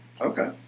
Okay